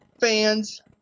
fans